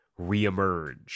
reemerge